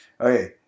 Okay